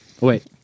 Wait